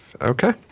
Okay